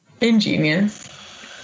ingenious